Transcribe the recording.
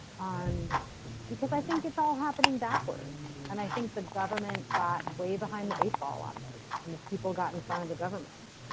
um because i think it's all happening backwards. and i think the government got way behind the eight ball on this. and that people got in front of the government.